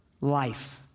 life